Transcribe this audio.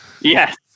Yes